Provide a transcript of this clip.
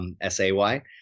S-A-Y